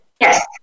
Yes